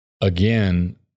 again